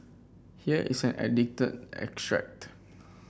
here is an edited extract